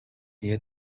iyo